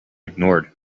ignored